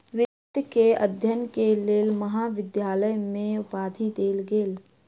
वित्त के अध्ययन के लेल महाविद्यालय में उपाधि देल गेल